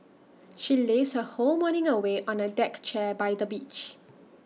she lazed her whole morning away on A deck chair by the beach